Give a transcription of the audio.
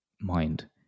mind